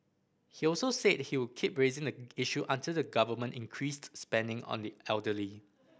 he also said he would keep raising the issue until the Government increased spending on the elderly